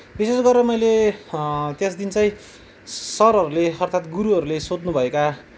विशेष गरेर मैले त्यसदिन चाहिँ सरहरूले अर्थात गुरूहरूले सोध्नुभएका